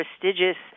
prestigious